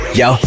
yo